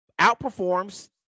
outperforms